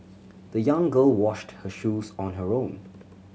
the young girl washed her shoes on her own